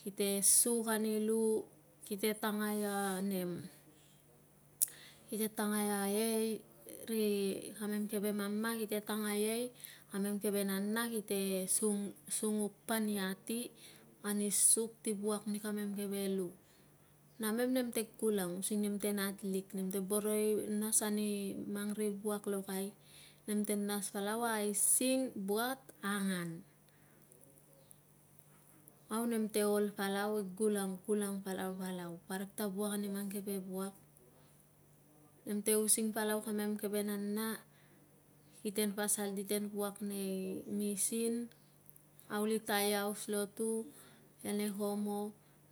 Kite suk ani lu, kite tangai a nem, kite tangai a ei, ri kamem keve mama kite tanga ei, kamem keve nana kite sung sunguk pan i ati ani suk ti wuak ni kamem keve lu, namem nem te gulang using nem te natlik, nem te boro i nas ani mang ri wuak lokai, nem te nas palau a aising buat angan. Au nem te ol palau i gulang, gulang palau, palau, parik ta wuak ani mang keve wuak. Nem te using palau kamem keve nana kiten pasal, kiten wuak nei mission aulitai aus lotu ane komo,